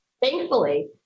Thankfully